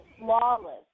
flawless